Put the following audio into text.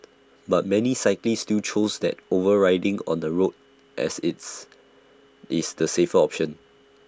but many cyclists still choose that over riding on the road as its is the safer option